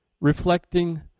reflecting